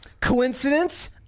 Coincidence